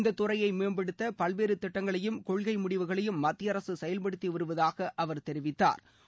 இந்த துறையை மேம்படுத்த பல்வேறு திட்டங்களையும் கொள்கை முடிவுகளையும் மத்திய அரசு செயல்படுத்தி வருவதாக அவர் தெரிவித்தாா்